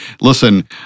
listen